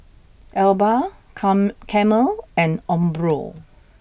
Alba come Camel and Umbro